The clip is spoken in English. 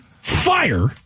fire